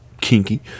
kinky